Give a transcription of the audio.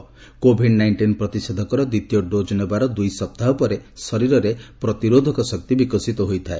ମନ୍ତ୍ରଣାଳୟ କହିଛି Covid nineteen ପ୍ରତିଷେଧକର ଦ୍ୱିତୀୟ ଡୋଜ୍ ନେବାର ଦୁଇ ସପ୍ତାହ ପରେ ଶରୀରରେ ପ୍ରତିରୋଧକ ଶକ୍ତି ବିକଶିତ ହୋଇଥାଏ